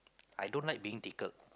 I don't like being tickled